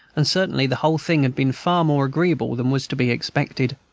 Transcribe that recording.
and certainly the whole thing has been far more agreeable than was to be expected.